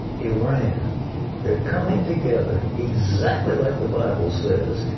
iran they're coming together exactly like the bible says,